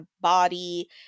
body